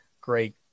great